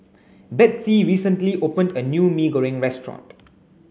Betsey recently opened a new Mee Goreng Restaurant